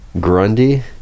Grundy